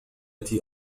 التي